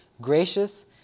Gracious